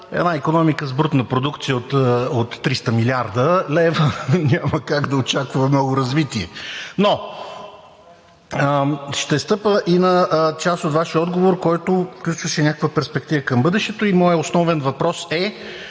една икономика с брутна продукция от 300 млрд. лв. Няма как да очакваме много развитие. Но ще стъпя и на част от Вашия отговор, който включваше някаква перспектива към бъдещето. Моят основен въпрос е: